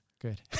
Good